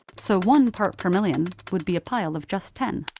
so one part per million would be a pile of just ten.